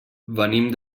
venim